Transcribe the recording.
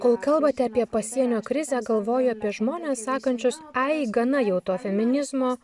kol kalbate apie pasienio krizę galvoju apie žmones sakančius ar jis gana jau to feminizmo